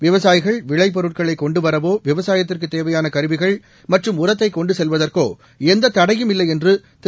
விவசாயிகள் விளைப் பொருட்களை கொண்டு வரவோ விவசாயத்திற்கு தேவையான கருவிகள் மற்றும் உரத்தை கொண்டு செல்வதற்கோ எந்த தடையும் இல்லை என்று திரு